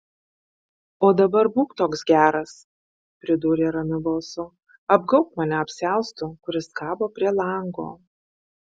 o dabar būk toks geras pridūrė ramiu balsu apgaubk mane apsiaustu kuris kabo prie lango